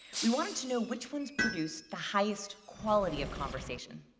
we wanted to know which ones produced the highest quality of conversation.